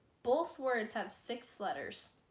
both words have six letters